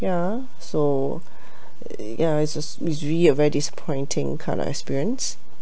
ya so ya it's uh it's really a very disappointing kind of experience